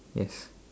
yes